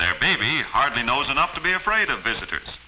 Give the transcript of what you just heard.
their baby hardly knows enough to be afraid of visitors